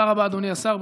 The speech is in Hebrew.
תודה רבה, אדוני השר.